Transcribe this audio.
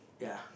yeah